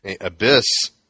Abyss